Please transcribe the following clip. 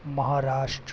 Maharashtra